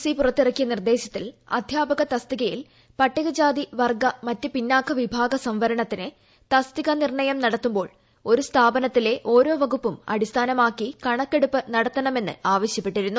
C പുറത്തിറക്കിയ നിർദ്ദേശത്തിൽ അദ്ധ്യാപക തസ്തികയിൽ പട്ടികജാതി വർഗ്ഗ മറ്റ് പിന്നാക്ക വിഭാഗ സംവരണത്തിന് തസ്തിക നിർണയം നടത്തുമ്പോൾ ഒരു സ്ഥാപനത്തിലെ ഓരോ വകുപ്പും അടിസ്ഥാനമാക്കി കണക്കെടുപ്പ് നടത്തണമെന്ന് ആവശ്യപ്പെട്ടിരുന്നു